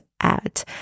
out